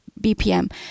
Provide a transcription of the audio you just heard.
BPM